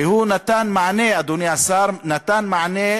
והוא נתן מענה, אדוני השר, נתן מענה